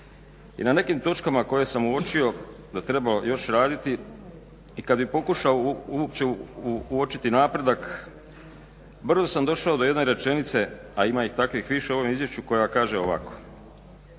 i na nekim točkama koje sam uočio da treba još raditi i kad bi pokušao uopće uočiti napredak brzo sam došao do jedne rečenice, a ima ih takvih više u ovom izvješću koja kaže ovako: